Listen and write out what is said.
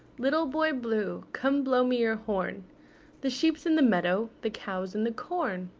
little boy blue, come blow me your horn the sheep's in the meadow, the cow's in the corn,